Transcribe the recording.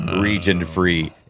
region-free